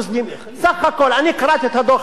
הדוח הזה מכשיר את הגזלה.